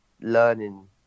learning